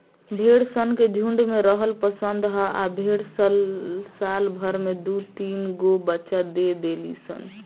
भेड़ सन के झुण्ड में रहल पसंद ह आ भेड़ साल भर में दु तीनगो बच्चा दे देली सन